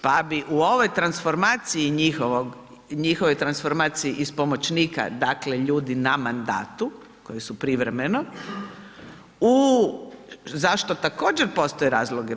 Pa bi u ovoj transformaciji, njihovoj transformaciji iz pomoćnika, dakle, ljudi na mandatu koji su privremeno, u, za što također postoje razlozi.